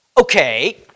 Okay